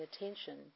attention